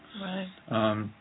Right